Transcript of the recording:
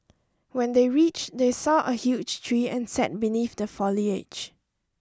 when they reach they saw a huge tree and sat beneath the foliage